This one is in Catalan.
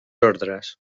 ordres